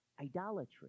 idolatry